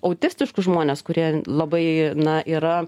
autistiškus žmones kurie labai na yra